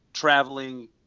Traveling